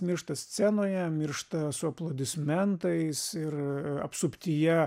miršta scenoje miršta su aplodismentais ir apsuptyje